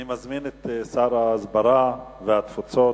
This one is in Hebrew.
אני מזמין את שר ההסברה והתפוצות,